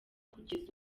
kugeza